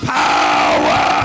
power